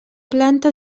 planta